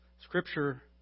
Scripture